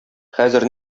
хәзер